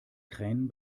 kränen